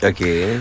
Okay